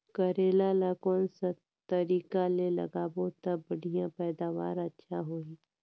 करेला ला कोन सा तरीका ले लगाबो ता बढ़िया पैदावार अच्छा होही?